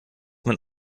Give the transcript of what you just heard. man